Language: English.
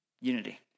Unity